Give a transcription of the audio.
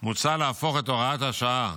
מוצע להפוך את הוראת השעה